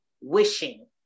wishing